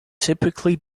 typically